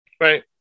Right